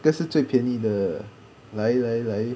这是最便宜的来来来